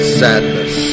sadness